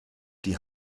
die